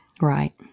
Right